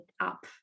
up